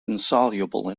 insoluble